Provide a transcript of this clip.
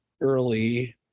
early